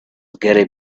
gary